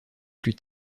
plus